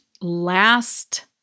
last